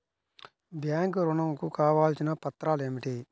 Bank ఋణం కు కావలసిన పత్రాలు ఏమిటి?